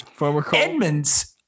Edmonds –